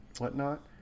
whatnot